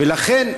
ולכן,